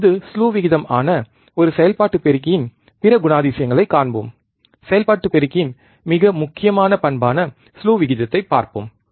இப்போது ஸ்லூ விகிதம் ஆன ஒரு செயல்பாட்டு பெருக்கியின் பிற குணாதிசயங்களைக் காண்போம் செயல்பாட்டு பெருக்கியின் மிக முக்கியமான பண்பான ஸ்லூ விகிதத்தைப் பார்ப்போம்